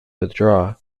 withdraw